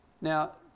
now